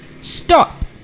Stop